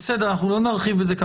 בסדר, אנחנו לא נרחיב את זה כאן.